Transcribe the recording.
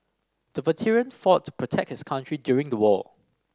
the veteran fought to protect his country during the war